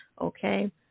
Okay